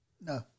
No